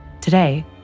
Today